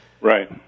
Right